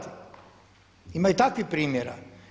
Ima i takvih primjera.